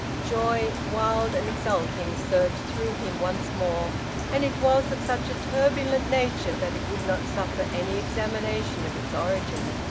joy, wild and exulting, surged through him once more and it was of such a turbulent nature that it would not suffer any examination of its origin.